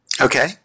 Okay